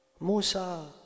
Musa